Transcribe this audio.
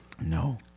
No